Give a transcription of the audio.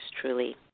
truly